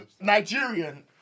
Nigerian